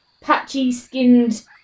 patchy-skinned